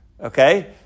Okay